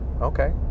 Okay